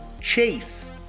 Chase